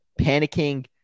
panicking